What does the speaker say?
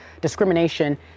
discrimination